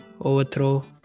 Overthrow